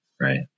right